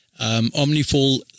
OmniFall